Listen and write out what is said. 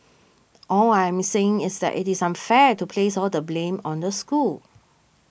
all I am saying is that it is unfair to place all the blame on the school